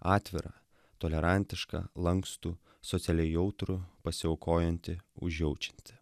atvirą tolerantišką lankstų socialiai jautrų pasiaukojanti užjaučianti